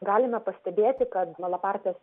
galime pastebėti kad malapartės